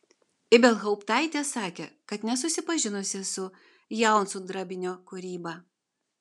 ibelhauptaitė sakė kad nesusipažinusi su jaunsudrabinio kūryba